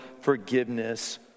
forgiveness